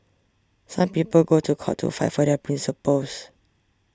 some people go to court to fight for their principles